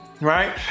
right